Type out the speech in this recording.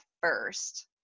first